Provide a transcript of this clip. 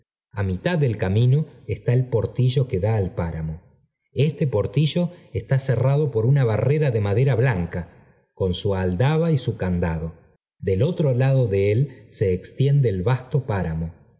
a mitad del camino está el portillo que da al páramo este portillo está cerrado por una barrera de madera blanca con su aldaba y su candado del otro lado de él se extiende el vasto páramo